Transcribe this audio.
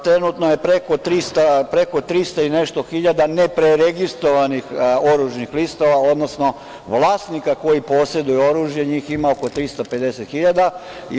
Trenutno je preko trista i nešto hiljada nepreregistrovanih oružnih listova, odnosno vlasnika koji poseduju oružje, njih ima oko 350.000.